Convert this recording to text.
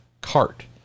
cart